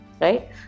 right